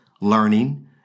learning